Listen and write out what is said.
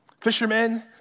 fishermen